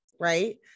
right